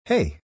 Hey